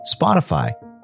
Spotify